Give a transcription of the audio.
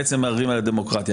בעצם מערערים על הדמוקרטיה.